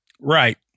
Right